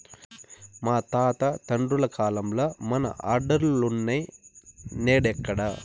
మా తాత తండ్రుల కాలంల మన ఆర్డర్లులున్నై, నేడెక్కడ